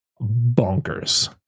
bonkers